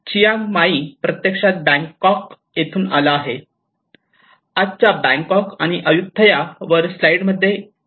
Chiang Mai प्रत्यक्षात Bangkok येथून आला आहे आजचा बँकॉक आणि अयुठाया वर स्लाईड मध्ये आहेत